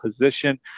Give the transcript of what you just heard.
position